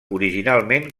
originalment